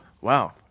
wow